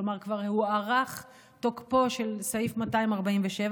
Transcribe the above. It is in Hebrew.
כלומר הוארך תוקפו של סעיף 247,